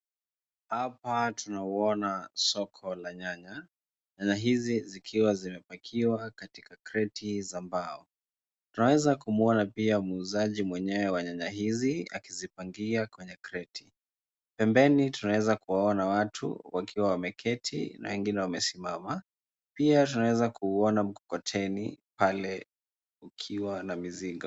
Hapa tunaona soko la nyanya, nyanya hizi zikiwa zimepakiwa katika kreti za mbao. Tunaweza kumwona pia muuzaji mwenyewe wa nyanya hizi, akizipangia kwenye kreti. Pembeni tunaeza kuwaona watu wakiwa wameketi na wengine wamesimama, pia tunaweza kuona mkokoteni pale ukiwa na mizigo.